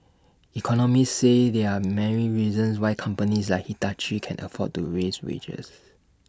economists say there are many reasons why companies like Hitachi can afford to raise wages